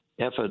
effort